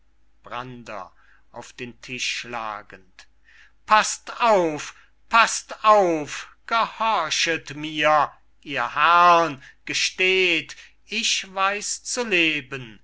paßt auf paßt auf gehorchet mir ihr herrn gesteht ich weiß zu leben